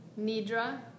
Nidra